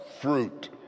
fruit